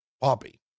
Poppy